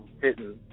hitting